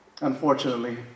unfortunately